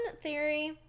theory